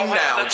now